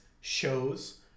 shows